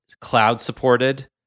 cloud-supported